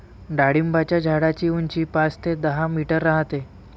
डाळिंबाच्या झाडाची उंची पाच ते दहा मीटर राहते